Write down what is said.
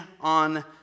on